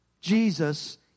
Jesus